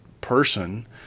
person